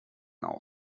now